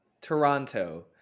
Toronto